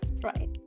right